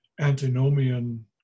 antinomian